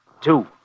two